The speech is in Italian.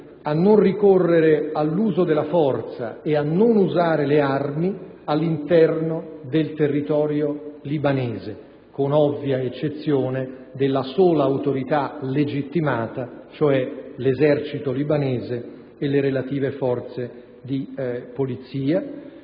a non ricorrere all'uso della forza e a non usare le armi all'interno del territorio libanese, con ovvia eccezione della sola autorità legittimata, cioè l'esercito libanese e le relative forze di polizia,